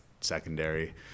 secondary